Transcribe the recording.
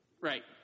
Right